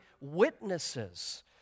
witnesses